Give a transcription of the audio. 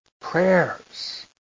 prayers